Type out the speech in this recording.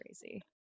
crazy